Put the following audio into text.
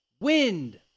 wind